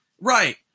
Right